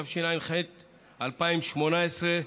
התשע"ח 2018,